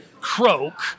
Croak